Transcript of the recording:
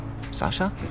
Sasha